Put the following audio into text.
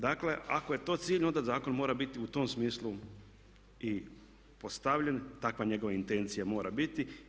Dakle, ako je to cilj onda zakon mora biti u tom smislu i postavljen, takva njegova intencija mora biti.